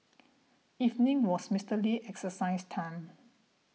evening was Mister Lee's exercise time